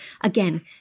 Again